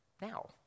now